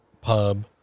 pub